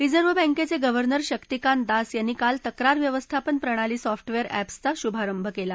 reserve बँकेचे governor Shaktikanta Das यांनी काल तक्रार व्यवस्थापन प्रणाली सॉफ्टवेअर अॅप्सचा शुभारंभ केला